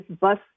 bus